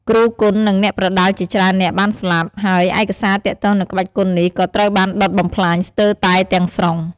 គ្រូគុន និងអ្នកប្រដាល់ជាច្រើននាក់បានស្លាប់ ហើយឯកសារទាក់ទងនឹងក្បាច់គុននេះក៏ត្រូវបានដុតបំផ្លាញស្ទើរតែទាំងស្រុង។